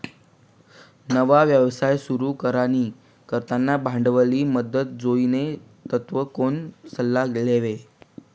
नवा व्यवसाय सुरू करानी करता भांडवलनी मदत जोइजे तधय कोणा सल्ला लेवो